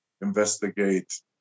investigate